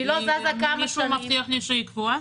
היא לא זזה במשך כמה שנים --- מישהו מבטיח לי שהיא קבועה?